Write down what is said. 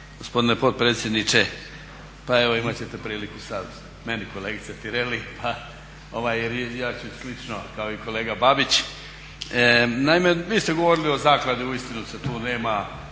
gospodine potpredsjedniče. Pa evo imat ćete priliku sad meni kolegice Tireli jer ja ću slično kao i kolega Babić. Naime, vi ste govorili o zakladi, uistinu se tu nema